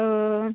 औ